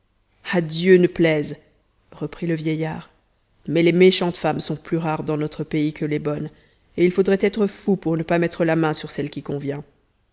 dieu ne plaise reprit le vieillard mais les méchantes femmes sont plus rares dans notre pays que les bonnes et il faudrait être fou pour ne pas mettre la main sur celle qui convient